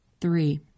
Three